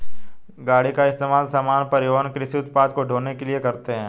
गाड़ी का इस्तेमाल सामान, परिवहन व कृषि उत्पाद को ढ़ोने के लिए करते है